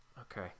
Okay